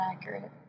accurate